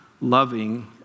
loving